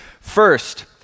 First